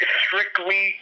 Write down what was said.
strictly